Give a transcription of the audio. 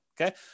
Okay